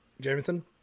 Jameson